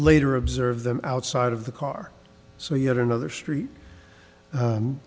later observe them outside of the car so yet another street